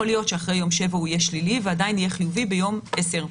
להיות שאחרי היום השביעי הוא יהיה שלילי ועדיין יהיה חיובי ביום העשירי.